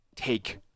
Take